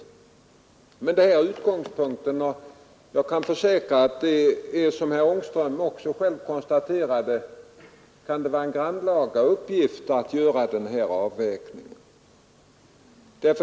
Jag vill försäkra att det, som herr Ångström också själv konstaterade, kan vara en grannlaga uppgift att göra den här avvägningen.